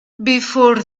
before